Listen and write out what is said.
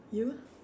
you eh